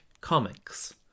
comics